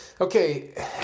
Okay